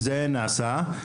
זה נעשה.